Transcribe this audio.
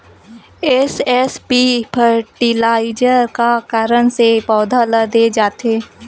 SSP fertiliser का कारण से पौधा ल दे जाथे?